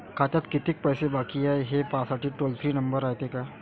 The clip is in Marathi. खात्यात कितीक पैसे बाकी हाय, हे पाहासाठी टोल फ्री नंबर रायते का?